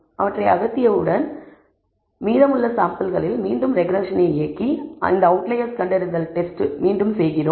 அவற்றை அகற்றிய உடன் மீதமுள்ள சாம்பிள்களில் மீண்டும் ரெக்ரெஸ்ஸனை இயக்கி இந்த அவுட்லயர்ஸ் கண்டறிதல் டெஸ்ட் மீண்டும் மீண்டும் செய்கிறோம்